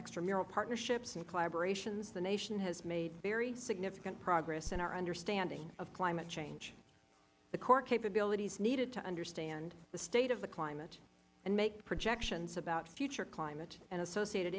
extramural partnerships and collaborations the nation has made very significant progress in our understanding of climate change the core capabilities needed to understand the state of the climate and make projections about future climate and associated